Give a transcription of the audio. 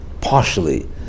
partially